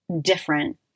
different